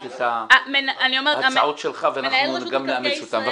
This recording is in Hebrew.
את ההצעות שלך ואנחנו גם נאמץ אותן.